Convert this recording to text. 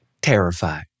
Terrified